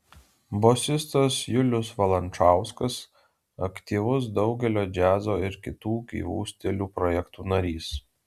bosistas julius valančauskas aktyvus daugelio džiazo ir kitų gyvų stilių projektų narys